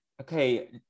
Okay